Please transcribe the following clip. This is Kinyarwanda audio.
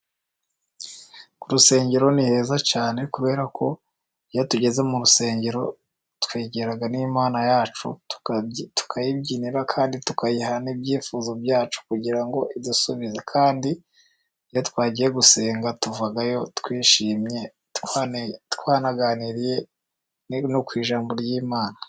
Ku rusengero ni heza cyane, kubera ko iyo tugeze mu rusengero, twegera n'Imana yacu, tukayibyinira kandi tukayiha n'ibyifuzo byacu, kugira ngo idusubize, kandi iyo twagiye gusenga tuvayo twishimye, twanaganiriye no ku ijambo ry'Imana.